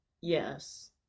yes